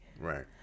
Right